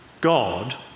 God